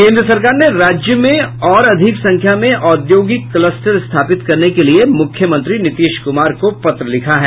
केंद्र सरकार ने राज्य में और अधिक संख्या में औद्योगिक कलस्टर स्थापित करने के लिये मुख्यमंत्री नीतीश कुमार को पत्र लिखा है